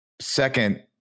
Second